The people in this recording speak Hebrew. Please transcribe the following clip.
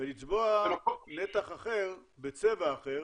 ולצבוע נתח אחר, בצבע אחר,